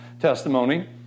testimony